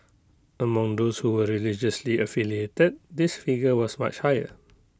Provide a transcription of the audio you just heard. among those who were religiously affiliated this figure was much higher